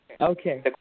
Okay